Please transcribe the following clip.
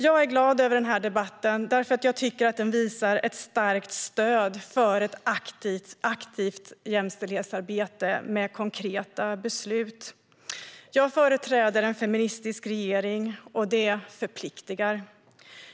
Jag är glad över debatten, eftersom den visar ett starkt stöd för ett aktivt jämställdhetsarbete med konkreta beslut. Jag företräder en feministisk regering, och det förpliktar.